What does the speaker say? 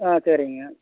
ஆ சரிங்க